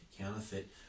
counterfeit